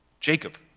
Jacob